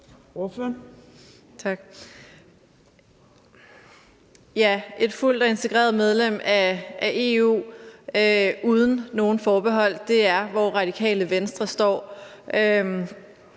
et fuldt integreret medlemskab af EU uden nogen forbehold er, hvor Radikale Venstre står.